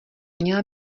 měla